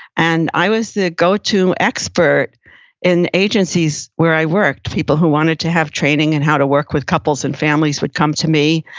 and i was the go-to expert in agencies where i worked. people who wanted to have training in how to work with couples and families would come to me,